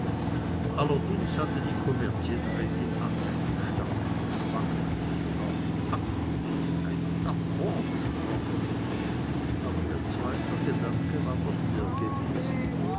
allerdings hatte die kommerzienrätin anfänglich stark geschwankt ja sogar von taktlosigkeit und affront gesprochen aber ihr zweiter gedanke war doch der gewesen